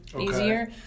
easier